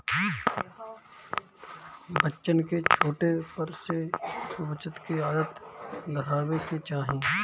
बच्चन के छोटे पर से बचत के आदत धरावे के चाही